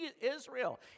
Israel